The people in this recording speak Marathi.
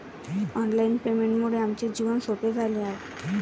ऑनलाइन पेमेंटमुळे आमचे जीवन सोपे झाले आहे